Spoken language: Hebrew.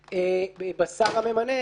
שלו בשר הממנה,